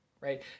right